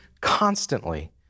constantly